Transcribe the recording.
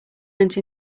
went